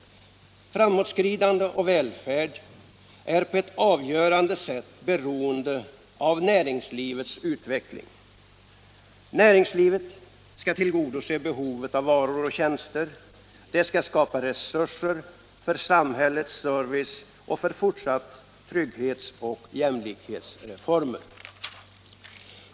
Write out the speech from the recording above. Framåtskridande och välfärd är på ett avgörande sätt beroende av näringslivets utveckling. Näringslivet skall tillgodose behovet av varor och tjänster, det skall skapa resurser för samhällets service och för fortsatta trygghetsoch jämlikhetsreformer.